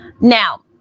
Now